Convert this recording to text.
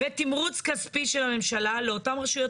ותמרוץ כספי של הממשלה לאותן רשויות